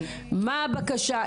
מה הבקשה?